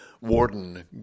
warden